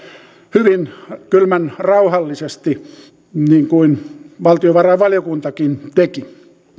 hyvin kylmän rauhallisesti niin kuin valtiovarainvaliokuntakin teki